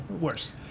worse